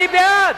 אני בעד.